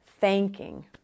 thanking